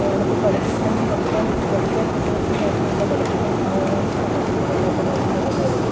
കേരളത്തില് പഠിപ്പിക്കാനും പഠിക്കാനും പഠിക്കാൻ കുട്ടികൾക്കും താല്പര്യമില്ല പഠിപ്പിക്കാൻ മാതാപിതാക്കൾക്കും താല്പര്യമില്ലാത്തൊരു അവസ്ഥയിലേക്ക് വരികയാണ്